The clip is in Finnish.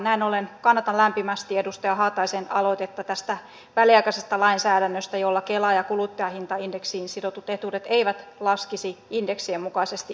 näin ollen kannatan lämpimästi edustaja haataisen aloitetta tästä väliaikaisesta lainsäädännöstä jolla kela ja kuluttajahintaindeksiin sidotut etuudet eivät laskisi indeksien mukaisesti ensi vuonna